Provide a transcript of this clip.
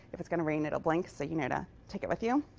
if it's going to rain, it'll blink, so you know to take it with you.